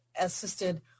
assisted